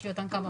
יש לי אותם כאן.